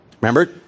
Remember